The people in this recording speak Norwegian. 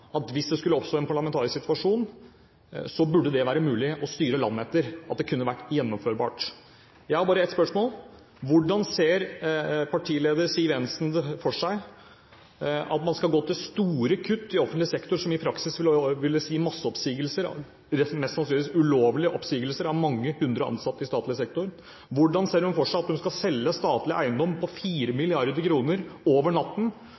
at hvis det skulle oppstå en parlamentarisk situasjon, burde det være mulig å styre landet etter det, og at det er gjennomførbart. Jeg har bare et par spørsmål: Hvordan ser partileder Siv Jensen for seg at man skal gå til store kutt i offentlig sektor, som i praksis vil si masseoppsigelser, mest sannsynlig ulovlige oppsigelser, av mange hundre ansatte i statlig sektor? Hvordan ser hun for seg at hun skal selge statlig eiendom for 4 mrd. kr over natten?